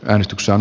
äänestyksen